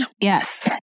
Yes